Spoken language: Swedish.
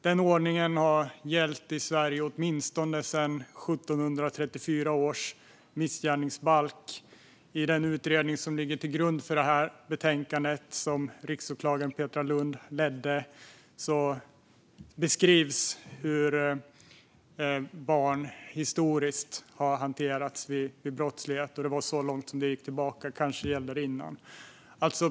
Den ordningen har gällt i Sverige åtminstone sedan 1734 års missgärningsbalk. I den utredning som ligger till grund för det här betänkandet och som riksåklagaren Petra Lundh ledde beskrivs hur barn historiskt har hanterats vid brottslighet. Det var så långt som man gick tillbaka där, men kanske gällde det innan också.